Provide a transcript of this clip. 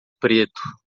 preto